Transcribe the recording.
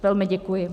Velmi děkuji.